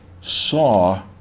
saw